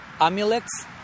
Amulets